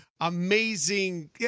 amazing